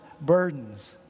burdens